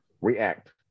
react